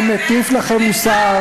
אני מטיף לכם מוסר,